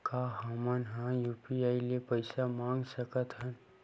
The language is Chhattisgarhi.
का हमन ह यू.पी.आई ले पईसा मंगा सकत हन?